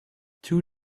two